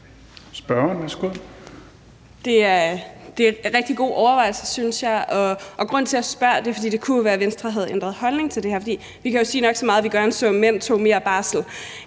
Det er en rigtig god overvejelse, synes jeg, og grunden til, at jeg spørger, er, at det jo kunne være, at Venstre havde ændret holdning til det her, fordi vi jo kan sige nok så meget, at vi gerne så, at mænd tog mere barsel.